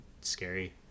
scary